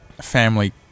family